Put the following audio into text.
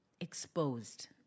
exposed